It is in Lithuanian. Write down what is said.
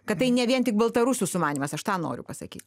kad tai ne vien tik baltarusių sumanymas aš tą noriu pasakyt